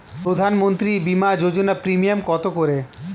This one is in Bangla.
প্রধানমন্ত্রী বিমা যোজনা প্রিমিয়াম কত করে?